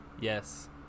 Yes